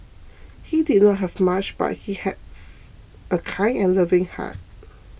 he did not have much but he have a kind and loving heart